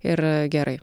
ir gerai